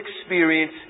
experience